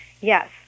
yes